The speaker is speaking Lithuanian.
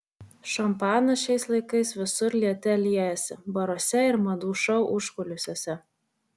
šampanas šiais laikais visur liete liejasi baruose ir madų šou užkulisiuose